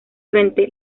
frente